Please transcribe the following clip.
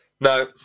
No